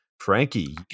Frankie